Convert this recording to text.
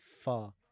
far